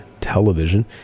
television